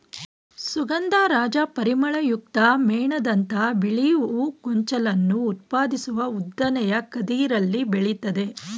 ಸುಗಂಧರಾಜ ಪರಿಮಳಯುಕ್ತ ಮೇಣದಂಥ ಬಿಳಿ ಹೂ ಗೊಂಚಲನ್ನು ಉತ್ಪಾದಿಸುವ ಉದ್ದನೆಯ ಕದಿರಲ್ಲಿ ಬೆಳಿತದೆ